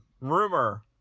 rumor